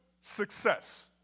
success